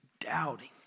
doubting